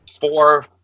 four